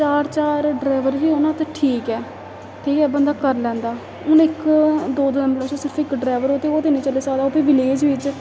चार चार ड्राइवर बी होऐ न ते ठीक ऐ ठीक ऐ बंदा करी लैंदा हून इक दो ऐंबुलेंस बास्तै सिर्फ इक ड्रैवर हो ते ओह् ते निं चली सकदा ओह् विलेज बिच्च